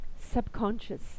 subconscious